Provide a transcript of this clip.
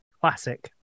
classic